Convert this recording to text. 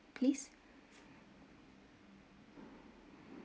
please